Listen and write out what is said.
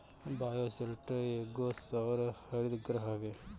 bioshelter एगो सौर हरितगृह हवे